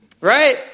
Right